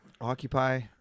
Occupy